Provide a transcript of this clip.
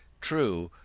true,